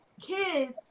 kids